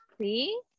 See